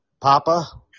Papa